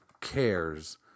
cares